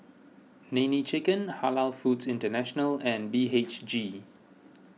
Nene Chicken Halal Foods International and B H G